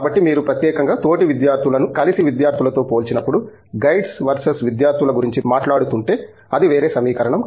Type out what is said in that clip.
కాబట్టి మీరు ప్రత్యేకంగా తోటి విద్యార్థులను కలిసి విద్యార్థులతో పోల్చినప్పుడు గైడ్స్ వర్సెస్ విద్యార్థుల గురించి మాట్లాడుతుంటే అది వేరే సమీకరణం